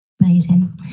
Amazing